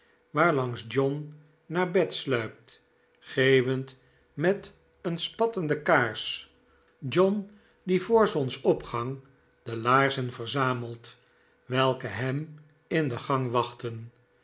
waarlangs john naar bed sluipt geeuwend met een spattende kaars john die voor zonsopgang de laarzen verzamelt welke hem in de gangen wachten